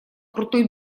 крутой